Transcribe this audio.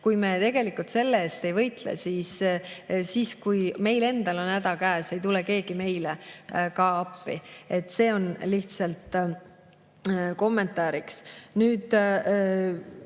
kui me tegelikult selle eest ei võitle, siis kui meil endal on häda käes, ei tule keegi meile appi. See on lihtsalt kommentaariks. Nüüd,